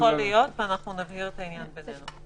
יכול להיות, ואנחנו נבהיר את העניין בינינו.